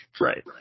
Right